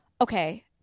Okay